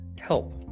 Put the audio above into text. help